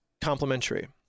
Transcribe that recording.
complementary